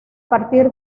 partir